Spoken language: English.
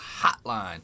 hotline